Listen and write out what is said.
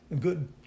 Good